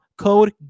Code